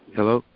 Hello